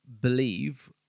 believe